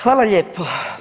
Hvala lijepo.